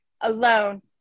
alone